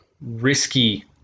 risky